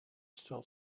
still